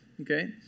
okay